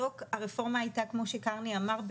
כמו שקרני אמר,